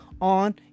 on